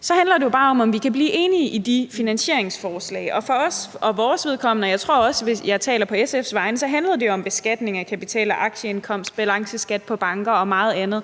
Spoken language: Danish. Så handler det jo bare om, om vi kan blive enige i de finansieringsforslag, og for vores vedkommende – og jeg tror også, jeg taler på SF's vegne – handler det jo om beskatning af kapital og aktieindkomst, balanceskat på banker og meget andet,